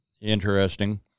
interesting